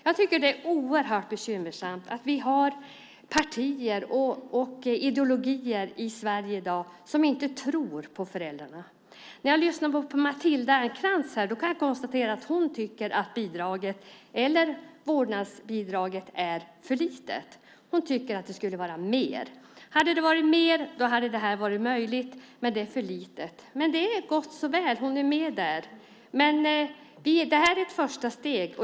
Jag tycker att det är oerhört bekymmersamt att vi har partier och ideologier i Sverige i dag som inte tror på föräldrarna. När jag lyssnar på Matilda Ernkrans kan jag konstatera att hon tycker att vårdnadsbidraget är för litet. Hon tycker att det skulle vara mer. Hade det varit mer hade det här varit möjligt, men det är för litet. Men det är gott och väl - hon är med där. Det här är ett första steg.